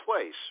place